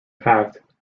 packed